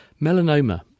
Melanoma